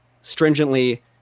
stringently